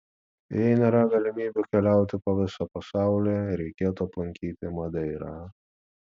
jei nėra galimybių keliauti po visą pasaulį reikėtų aplankyti madeirą